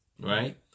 Right